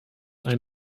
ein